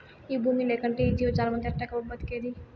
ఈ బూమి లేకంటే ఈ జీవజాలమంతా ఎట్టాగబ్బా బతికేది